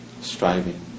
striving